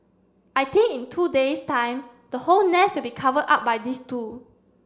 I think in two days time the whole nest will be covered up by these two